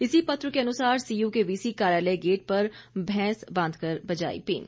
इसी पत्र के अनुसार सीयू के वीसी कार्यालय गेट पर भैंस बांधकर बजाई बीन